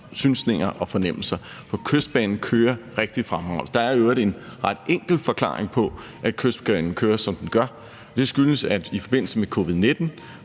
synsninger og fornemmelser. For Kystbanen kører rigtig fremragende. Der er i øvrigt en ret enkel forklaring på, at Kystbanen kører, som den gør. Det skyldes, at det i forbindelse med covid-19